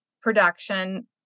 production